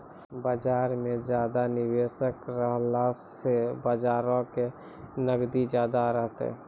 बजार मे ज्यादा निबेशक रहला से बजारो के नगदी ज्यादा रहतै